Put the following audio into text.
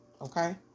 Okay